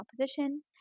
position